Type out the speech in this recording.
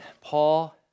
Paul